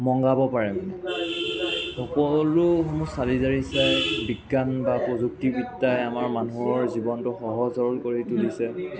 মংগাব পাৰে সকলো চালি জাৰি চাই বিজ্ঞান বা প্ৰযুক্তিবিদ্যাই আমাৰ মানুহৰ জীৱনটো সহজ সৰল কৰি তুলিছে